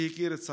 שהכיר את סמר.